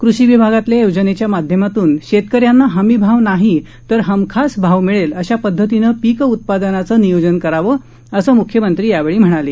कृषी विभागातल्या योजनेच्या माध्यमातून शेतकऱ्यांना हमी भाव नाही तर हमखास भाव मिळेल अशा पदधतीनं पीक उत्पादनाचं नियोजन करावं असं मुख्यमंत्री यावेळी म्हणाले